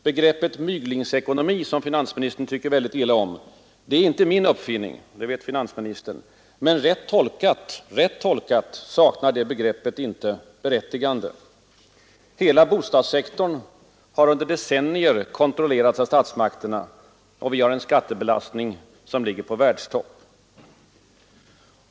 Begreppet myglingsekonomi, som finansministern tycker väldigt illa om, är inte min uppfinning — det vet finansministern — men rätt tolkat saknar det begreppet inte berättigande. Hela bostadssektorn har under decennier kontrollerats av statsmakterna. Vi har en skattebelastning som ligger på världstopp.